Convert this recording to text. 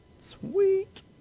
sweet